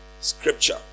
scripture